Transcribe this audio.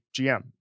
GM